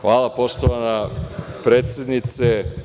Hvala, poštovana predsednice.